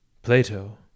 Plato